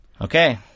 Okay